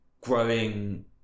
growing